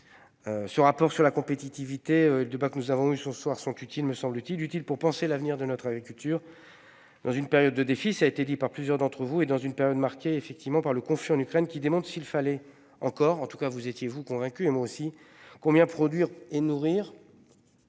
Ce rapport sur la compétitivité. Le débat que nous avons eu ce soir sont utiles, me semble-t-il utile pour penser l'avenir de notre agriculture. Dans une période de défi. Ça a été dit par plusieurs d'entre vous et dans une période marquée effectivement par le conflit en Ukraine, qui demande s'il fallait encore en tout cas vous étiez-vous convaincu et moi aussi combien produire et nourrir.